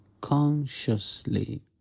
consciously